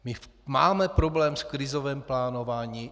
My máme problém s krizovým plánováním.